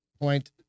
point